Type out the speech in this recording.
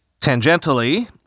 tangentially